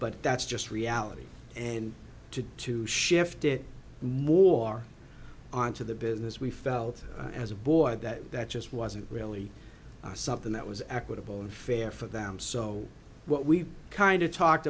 but that's just reality and to to shift it more on to the business we felt as a boy that that just wasn't really something that was equitable and fair for them so what we kind of talked